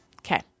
Okay